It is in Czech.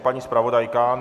Paní zpravodajka?